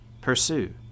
Pursue